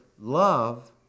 love